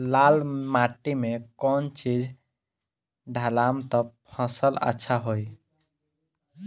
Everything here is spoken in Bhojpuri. लाल माटी मे कौन चिज ढालाम त फासल अच्छा होई?